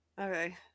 Okay